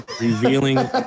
revealing